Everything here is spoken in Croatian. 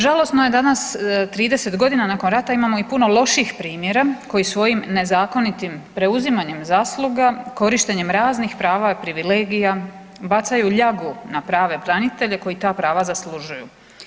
Žalosno je danas 30 godina nakon rata imamo i puno loših primjera koji svojim nezakonitim preuzimanjem zasluga korištenjem raznih prava, privilegija bacaju ljagu na prave branitelje koji ta prava zaslužuju.